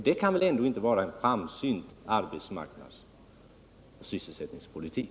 Det kan väl ändå inte vara en framsynt sysselsättningspolitik.